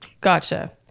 gotcha